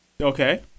Okay